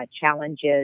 challenges